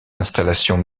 installations